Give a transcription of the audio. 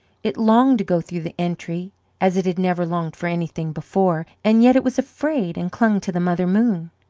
it longed to go through the entry as it had never longed for anything before and yet it was afraid and clung to the mother moon.